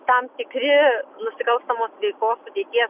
tam tikri nusikalstamos veikos sudėties